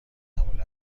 معمولا